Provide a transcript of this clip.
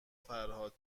فرهاد